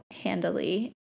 handily